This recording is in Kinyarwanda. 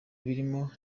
birimo